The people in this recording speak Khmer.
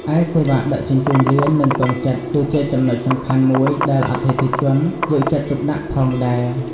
ឯសេវាដឹកជញ្ជូនលឿន និងទាន់ចិត្ត គឺជាចំណុចសំខាន់មួយដែលអតិថិជនយកចិត្តទុកដាក់ផងដែរ។